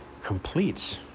Completes